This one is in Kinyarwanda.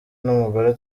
n’umugore